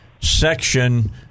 section